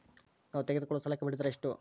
ನಾವು ತೆಗೆದುಕೊಳ್ಳುವ ಸಾಲಕ್ಕೆ ಬಡ್ಡಿದರ ಎಷ್ಟು?